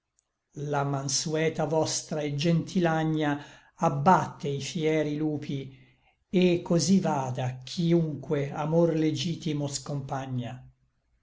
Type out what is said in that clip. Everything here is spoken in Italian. la manseta vostra et gentil agna abbatte i fieri lupi et cosí vada chïunque amor legitimo scompagna